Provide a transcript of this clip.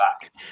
back